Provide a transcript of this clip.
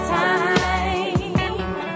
time